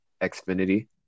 xfinity